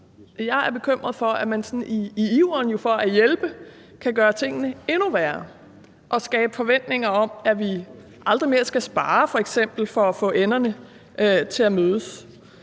Jeg er jo bekymret for, at man sådan i iveren for at hjælpe kan gøre tingene endnu værre og skabe forventninger om, at vi f.eks. aldrig mere skal spare for at få enderne til at mødes.